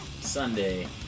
Sunday